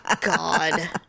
God